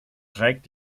trägt